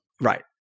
Right